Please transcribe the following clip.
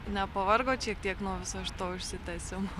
nepavargot šiek tiek nuo viso šito užsitęsimo